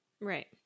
right